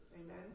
Amen